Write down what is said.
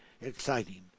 exciting